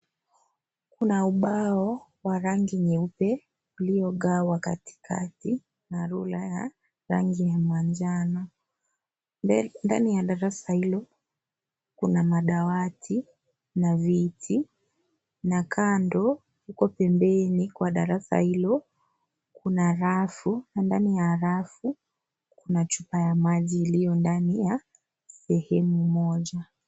Kuna ubao wa rangi nyeupe uliogawa katikati na rula ya rangi ya manjano. Ndani ya darasa hilo, kuna madawati na viti, na kando huko pembeni kwa darasa hilo, kuna rafu na ndani ya rafu, kuna chupa ya maji iliyondani ya sehemu moja.